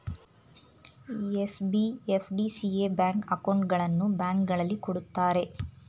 SB, FD, CA bank ಅಕೌಂಟ್ಗಳನ್ನು ಬ್ಯಾಂಕ್ಗಳಲ್ಲಿ ಕೊಡುತ್ತಾರೆ